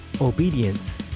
obedience